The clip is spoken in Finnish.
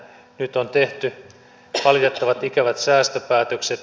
nyt on tehty valitettavat ikävät säästöpäätökset